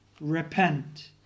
repent